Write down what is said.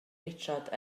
richard